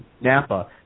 Napa